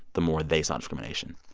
the more they saw discrimination.